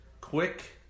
quick